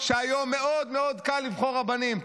היום מאוד מאוד קל לבחור רבנים.